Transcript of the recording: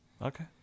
Okay